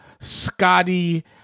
Scotty